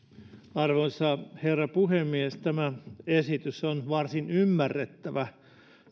arvoisa herra puhemies tämä esitys on varsin ymmärrettävä